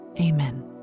amen